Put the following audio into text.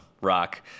Rock